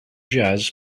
jazz